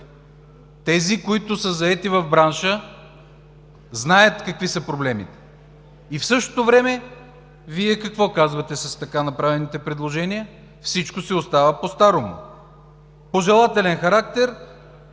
Тези, които са заети в бранша, знаят какви са проблемите и в същото време Вие какво казвате с така направените предложения: всичко си остава постарому – пожелателен характер,